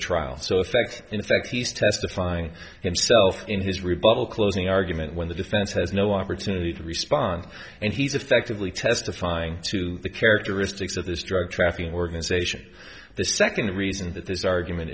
trial so effect in fact he's testifying himself in his rebuttal closing argument when the defense says no opportunity to respond and he's effectively testifying to the characteristics of this drug trafficking organization the second reason that this argument